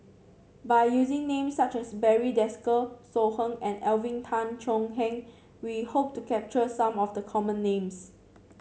by using names such as Barry Desker So Heng and Alvin Tan Cheong Kheng we hope to capture some of the common names